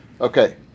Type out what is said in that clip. Okay